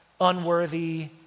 unworthy